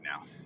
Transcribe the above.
now